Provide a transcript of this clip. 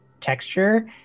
texture